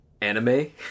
anime